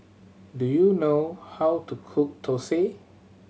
do you know how to cook Thosai